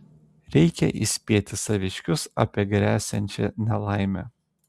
reikia įspėti saviškius apie gresiančią nelaimę